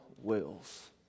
wills